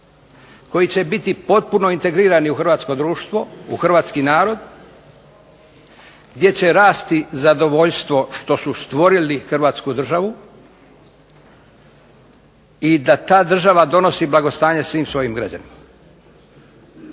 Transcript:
koji će biti potpuno integrirani u hrvatsko društvo, u hrvatski narod, gdje će rasti zadovoljstvo što su stvorili Hrvatsku državu i da ta država donosi blagostanje svim svojim građanima.